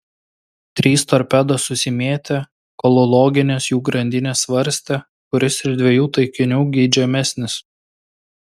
trys torpedos susimėtė kol loginės jų grandinės svarstė kuris iš dviejų taikinių geidžiamesnis